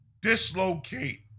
dislocate